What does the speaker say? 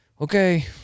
okay